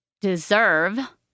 deserve